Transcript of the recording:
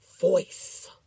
voice